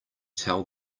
tell